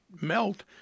melt